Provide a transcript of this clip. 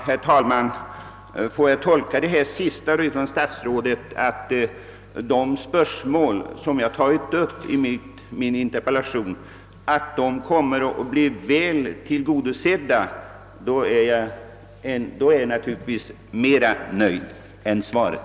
Herr talman! Får jag tolka herr statsrådets senaste inlägg så att de spörsmål jag tagit upp i min interpellation kommer att bli väl tillgodosedda, är jag naturligtvis mer nöjd med det beskedet än jag hade anledning att vara efter att ha hört svaret.